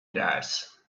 grass